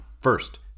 First